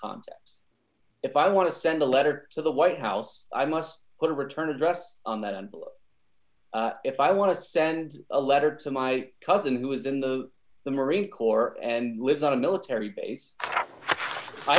context if i want to send a letter to the white house i must put a return address on that and if i want to send a letter to my cousin who was in the marine corps and lives on a military base i